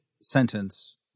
sentence